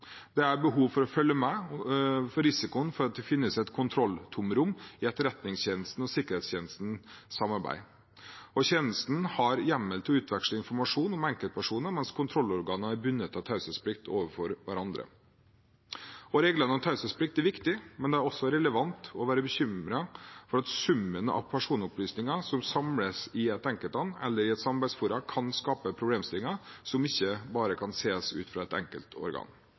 Det er behov for å følge med på risikoen for at det finnes et kontrolltomrom i etterretningstjenestens og sikkerhetstjenestens samarbeid. Tjenesten har hjemmel til å utveksle informasjon om enkeltpersoner, mens kontrollorganene er bundet av taushetsplikt overfor hverandre. Reglene om taushetsplikt er viktige, men det er også relevant å være bekymret for at summen av personopplysninger som samles i et enkeltland eller i et samarbeidsforum, kan skape problemstillinger som ikke bare kan ses ut fra et